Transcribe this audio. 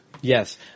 Yes